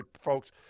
folks